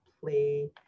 play